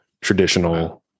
traditional